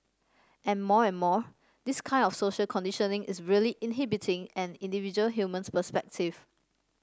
and more and more this kind of social conditioning is really inhibiting an individual human perspective